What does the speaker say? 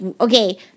okay